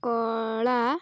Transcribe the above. କଳା